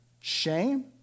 shame